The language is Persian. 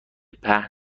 پهن